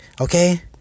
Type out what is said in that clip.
Okay